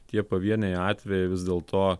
tie pavieniai atvejai vis dėlto